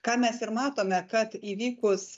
ką mes ir matome kad įvykus